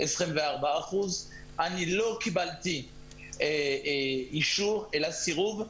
24%. אני לא קיבלתי אישור אלא סירוב.